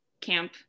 camp